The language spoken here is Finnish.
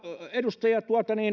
edustaja